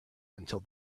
until